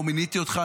לא מיניתי אותך.